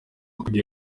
kujya